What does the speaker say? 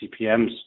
CPMs